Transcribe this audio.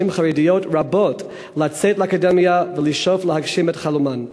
חרדיות רבות לצאת לאקדמיה ולשאוף להגשים את חלומן.